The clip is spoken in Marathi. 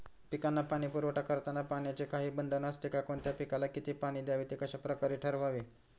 पिकांना पाणी पुरवठा करताना पाण्याचे काही बंधन असते का? कोणत्या पिकाला किती पाणी द्यावे ते कशाप्रकारे ठरवावे?